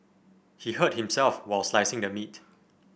he hurt himself while slicing the meat